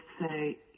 say